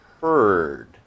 heard